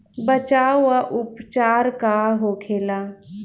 बचाव व उपचार का होखेला?